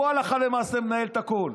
הוא הלכה למעשה מנהל את הכול.